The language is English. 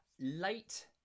late